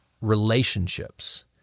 relationships